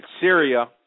Syria